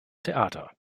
theater